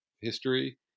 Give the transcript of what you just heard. history